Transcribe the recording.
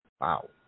Wow